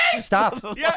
Stop